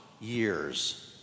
years